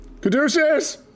Caduceus